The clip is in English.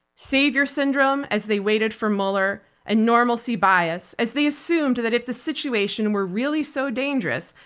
savior syndrome as they waited for mueller and normalcy bias as they assumed that if the situation were really so dangerous,